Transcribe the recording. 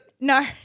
No